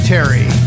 Terry